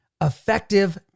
effective